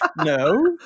no